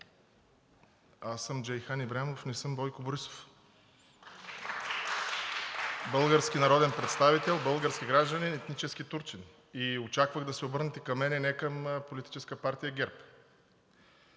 аз съм Джейхан Ибрямов, не съм Бойко Борисов (ръкопляскания от ДПС) – български народен представител, български гражданин, етнически турчин, и очаквах да се обърнете към мен, не към политическа партия ГЕРБ.